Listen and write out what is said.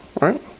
Right